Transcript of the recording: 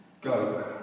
Go